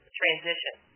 transition